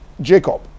Jacob